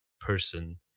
person